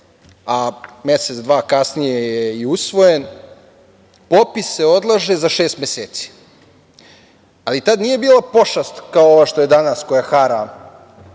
a mesec, dva kasnije je i usvojen - popis se odlaže za šest meseci. Ali, tada nije bila pošast kao ova što je danas koja hara